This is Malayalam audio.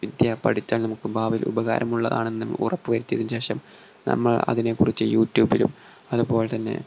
വിദ്യാ പഠിച്ചാൽ നമുക്ക് ഭാവിയിൽ ഉപകാരമുള്ളതാണെന്ന് ഉറപ്പ് വരുത്തിയതിനു ശേഷം നമ്മൾ അതിനെക്കുറിച്ച് യൂട്യൂബിലും അതു പോലെ തന്നെ